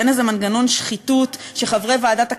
אין איזה מנגנון שחברי ועדת הכספים,